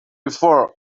before